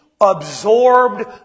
absorbed